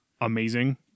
amazing